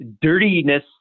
dirtiness